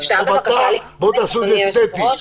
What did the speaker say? אפשר, בבקשה, להתייחס, אדוני היושב-ראש?